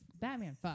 batman